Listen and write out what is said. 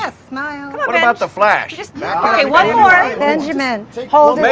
yeah smile. what about the flash? okay one more. benjamin hold it